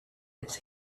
its